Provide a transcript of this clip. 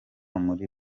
muri